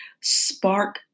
spark